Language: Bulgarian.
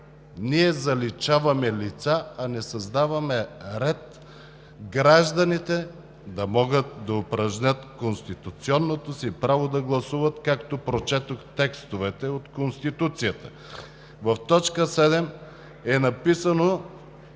Ние заличаваме лица, а не създаваме ред гражданите да могат да упражнят конституционното си право да гласуват, както прочетох в текстовете от Конституцията. В точка 7 е написано,